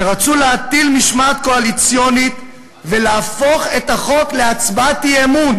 כשרצו להטיל משמעת קואליציונית ולהפוך את החוק להצבעת אי-אמון,